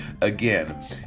again